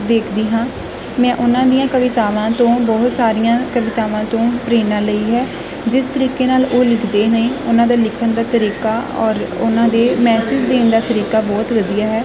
ਦੇਖਦੀ ਹਾਂ ਮੈਂ ਉਹਨਾਂ ਦੀਆਂਂ ਕਵਿਤਾਵਾਂ ਤੋਂ ਬਹੁਤ ਸਾਰੀਆਂ ਕਵਿਤਾਵਾਂ ਤੋਂ ਪ੍ਰੇਰਨਾ ਲਈ ਹੈ ਜਿਸ ਤਰੀਕੇ ਨਾਲ ਉਹ ਲਿਖਦੇ ਨੇ ਉਹਨਾਂ ਦਾ ਲਿਖਣ ਦਾ ਤਰੀਕਾ ਔਰ ਉਹਨਾਂ ਦੇ ਮੈਸੇਜ ਦੇਣ ਦਾ ਤਰੀਕਾ ਬਹੁਤ ਵਧੀਆ ਹੈ